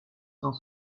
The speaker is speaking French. cent